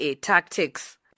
tactics